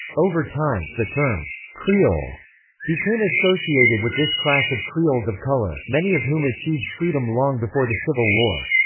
over time, the term creole became associated with this class of creoles of color, many of whom achieved freedom long before the civil war.